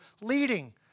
leading